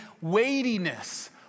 Weightiness